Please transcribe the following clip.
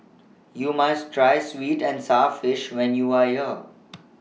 YOU must Try Sweet and Sour Fish when YOU Are here